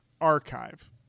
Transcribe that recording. Archive